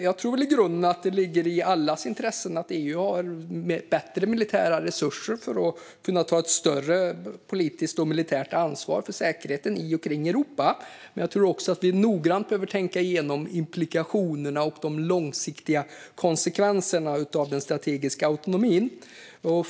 Jag tror att det i grunden ligger i allas intresse att EU har bättre militära resurser för att kunna ta ett större politiskt och militärt ansvar för säkerheten i och kring Europa. Men jag tror också att vi noga behöver tänka igenom implikationerna och de långsiktiga konsekvenserna av den strategiska autonomin.